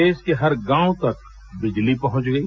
देश के हर गांव तक बिजली पहुंच गई